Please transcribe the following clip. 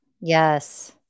Yes